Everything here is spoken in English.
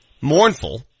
mournful